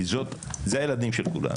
כי זה הילדים של כולנו,